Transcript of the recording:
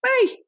hey